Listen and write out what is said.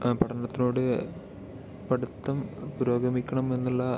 ആ പഠനത്തിനോട് പഠിത്തം പുരോഗമിക്കണമെന്നുള്ള